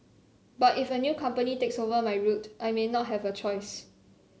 but if a new company takes over my route I may not have a choice